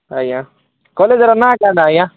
ଆଜ୍ଞାଁ କଲେଜ୍ର ନାଁ କେନ୍ଟା ଆଜ୍ଞାଁ